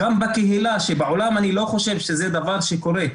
גם בקהילה שבעולם אני לא חושב שזה דבר שקורה.